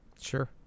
Sure